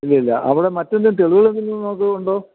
ഇല്ലില്ല അവിടെ മറ്റെന്തെങ്കിലും തെളിവുകളെന്തെങ്കിലും നമുക്ക് ഉണ്ടോ